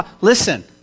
Listen